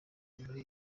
muri